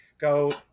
go